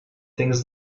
things